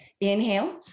inhale